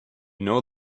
know